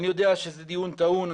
אני יודע שזה דיון טעון,